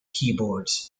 keyboards